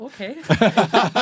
Okay